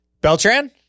Beltran